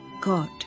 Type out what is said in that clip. God